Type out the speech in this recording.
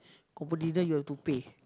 confirm dinner you have to pay